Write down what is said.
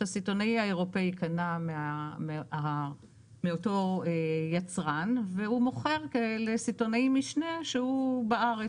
שהסיטונאי האירופאי קנה מאותו יצרן והוא מוכר לסיטונאי משנה שהוא בארץ.